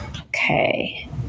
Okay